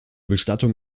bestattung